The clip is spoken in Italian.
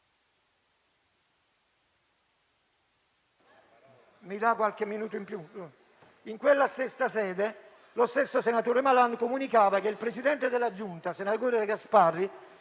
in quella stessa sede lo stesso senatore Malan comunicava che il presidente della Giunta, senatore Gasparri,